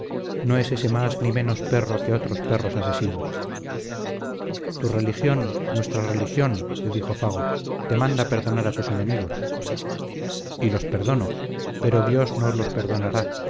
no es ése más ni menos perro que otros perros asesinos tu religión nuestra religión le dijo fago te manda perdonar a tus enemigos y los perdono pero dios no los perdonará